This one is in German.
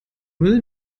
müll